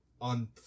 on